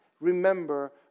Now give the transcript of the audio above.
remember